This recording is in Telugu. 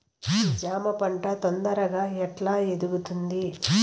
జామ పంట తొందరగా ఎట్లా ఎదుగుతుంది?